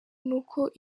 n’uko